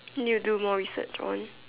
need to more research on